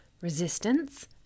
resistance